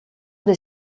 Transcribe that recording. des